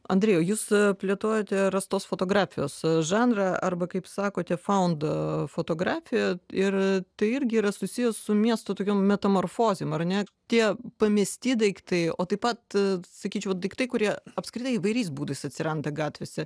andrejau jūs plėtojate rastos fotografijos žanrą arba kaip sakote faund fotografiją ir tai irgi yra susijęs su miestų tokiom metamorfozėm ar net tie pamesti daiktai o taip pat sakyčiau daiktai kurie apskritai įvairiais būdais atsiranda gatvėse